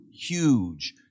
huge